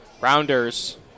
Rounders